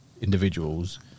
individuals